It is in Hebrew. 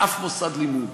שאף מוסד לימוד